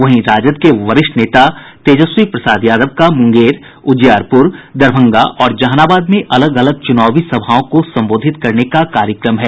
वहीं राजद के वरिष्ठ नेता तेजस्वी प्रसाद यादव का मुंगेर उजियारपुर दरभंगा और जहानाबाद में अलग अलग चुनावी सभाओं को संबोधित करने का कार्यक्रम है